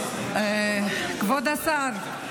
כבוד השר,